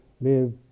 live